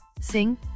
sing